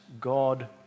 God